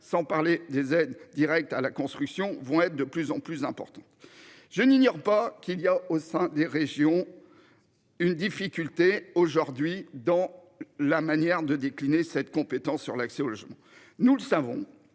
sans parler des aides directes à la construction vont être de plus en plus important. Je n'ignore pas qu'il y a au sein des régions. Une difficulté aujourd'hui dans la manière de décliner cette compétence sur l'accès au logement, nous le savons.